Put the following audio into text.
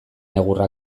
egurra